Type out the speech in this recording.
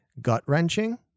gut-wrenching